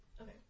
Okay